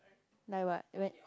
like what when